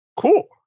cool